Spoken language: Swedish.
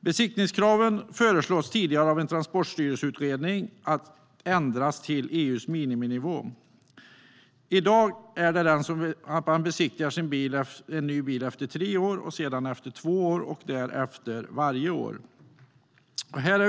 Besiktningskraven föreslås tidigare i Transportstyrelsens utredning att ändras till EU:s miniminivå. I dag är det så att man besiktigar en ny bil efter tre år, sedan efter två år och därefter varje år.